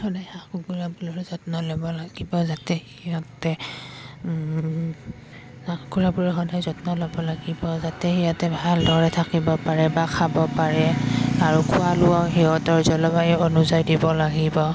সদায় হাঁহ কুকুৰাবোৰৰো যত্ন ল'ব লাগিব যাতে সিহঁতে হাঁহ কুকুৰাবোৰৰ সদায় যত্ন ল'ব লাগিব যাতে সিহঁতে ভালদৰে থাকিব পাৰে বা খাব পাৰে আৰু খোৱা লোৱাও সিহঁতৰ জলবায়ু অনুযায়ী দিব লাগিব